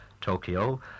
Tokyo